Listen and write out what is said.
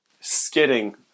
skidding